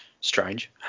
strange